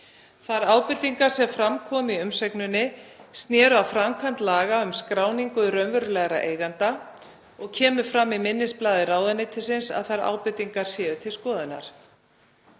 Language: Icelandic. Þær ábendingar sem fram komu í umsögninni sneru að framkvæmd laga um skráningu raunverulegra eigenda og kemur fram í minnisblaði ráðuneytisins að þær ábendingar séu til skoðunar.